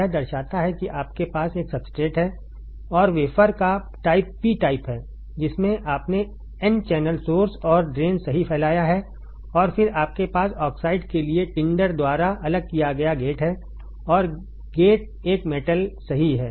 यह दर्शाता है कि आपके पास एक सब्सट्रेट है और वेफर का टाइप पी टाइप है जिसमें आपने एन चैनल सोर्स और ड्रेन सही फैलाया है और फिर आपके पास ऑक्साइड के एक टिंडर द्वारा अलग किया गया गेट है और गेट एक मेटल सही है